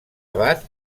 abat